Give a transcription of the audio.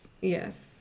yes